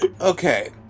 Okay